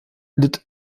litt